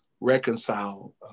reconcile